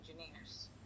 engineers